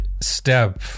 step